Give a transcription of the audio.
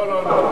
לא, לא, לא.